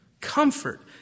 Comfort